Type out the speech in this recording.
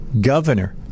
governor